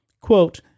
Quote